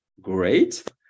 great